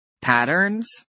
Patterns